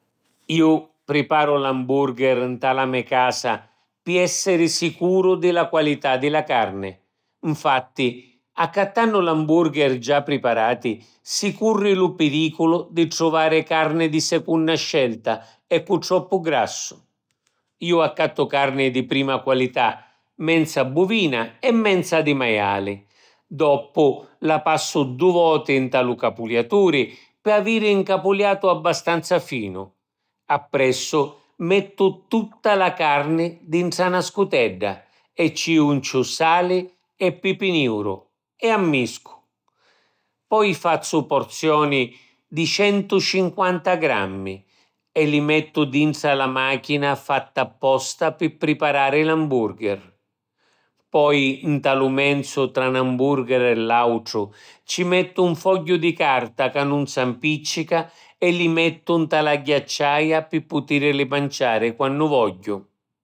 Ju priparu l’amburgher nta la me casa pi èssiri sicuru di la qualità di la carni. Nfatti, accattannu l’amburgher già priparati si curri lu pirìculu di truvari carni di secunna scelta e cu troppu grassu. Ju accattu carni di prima qualità, menza buvina e menza di majali. Doppu la passu du’ voti nta lu capuliaturi pi aviri ‘n capuliatu abbastanza finu. Appressu mettu tutta la carni dintra na scutedda e ci junciu sali e pipi niuru e ammiscu. Poi fazzu porzioni di centucinquanta grammi e li mettu dintra la màchina fatta apposta pi priparari l’amburgher. Poi nta lu menzu tra ‘n amburgher e l’àutru ci mettu un fogghiu di carta ca nun s’ampìccica e li mettu nta la ghiacciaia pi putìrili manciari quannu vogghiu.